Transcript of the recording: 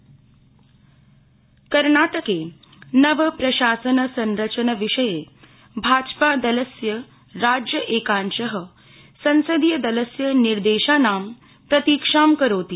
कर्णाटकप्रशासनम् कर्णाटके नवप्रशासन संरचन विषये भाजपादलस्य राज्य एकांश संसदीय दलस्य निर्देशानां प्रतीक्षां करोति